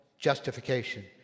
justification